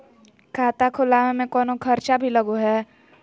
खाता खोलावे में कौनो खर्चा भी लगो है?